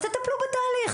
אז תטפלו בתהליך.